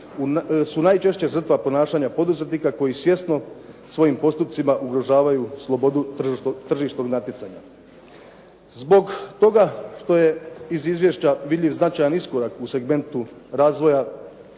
su najčešće žrtva ponašanja poduzetnika koji svjesno svojim postupcima ugrožavaju slobodu tržišnog natjecanja. Zbog toga što je iz izvješća vidljiv značajan iskorak u segmentu razvoja